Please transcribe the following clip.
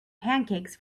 pancakes